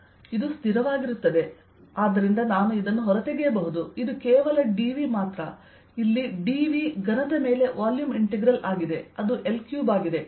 ಇದು ಸ್ಥಿರವಾಗಿರುತ್ತದೆ ಆದ್ದರಿಂದ ನಾನು ಇದನ್ನು ಹೊರತೆಗೆಯಬಹುದು ಇದು ಕೇವಲ dV ಮಾತ್ರ ಇಲ್ಲಿ dV ಘನದ ಮೇಲೆ ವಾಲ್ಯೂಮ್ ಇಂಟಿಗ್ರಲ್ ಆಗಿದೆ ಅದು L3 ಆಗಿದೆ